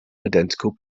identical